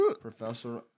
Professor